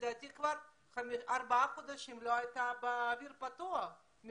שמרוב פחד כבר ארבעה חודשים לא הייתה באוויר פתוח.